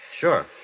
Sure